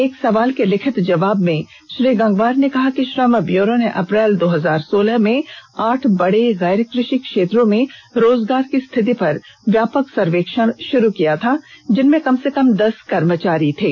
एक सवाल के लिखित जवाब में श्री गंगवार ने कहा कि श्रम ब्यूरो ने अप्रैल दो हजार सोलह में आठ बड़े गैर कृषि क्षेत्रों में रोजगार की स्थिति पर व्यापक सर्वेक्षण शुरू किया था जिनमें कम से कम दस कर्मचारी थे